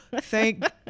thank